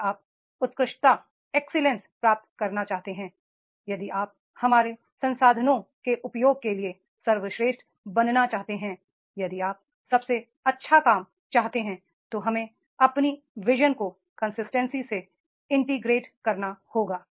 यदि आप एक्सीलेंस प्राप्त करना चाहते हैं यदि आप हमारे संसाधनों के उपयोग के लिए सर्वश्रेष्ठ बनाना चाहते हैं यदि आप सबसे अच्छा करना चाहते हैं तो हमें अपनी विजन को कंसिस्टेंसी से इंटीग्रिटी करना होगा